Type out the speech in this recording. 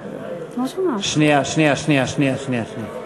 שנייה, שנייה, שנייה.